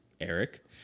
Eric